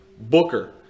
Booker